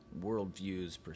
worldviews